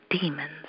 demons